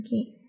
Okay